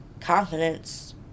confidence